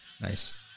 Nice